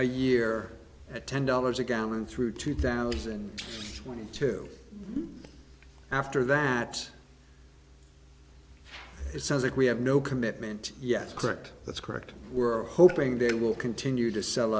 a year at ten dollars a gallon through two thousand and twenty two after that it says that we have no commitment yes correct that's correct we're hoping they will continue to sell